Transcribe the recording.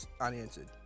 unanswered